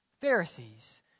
Pharisees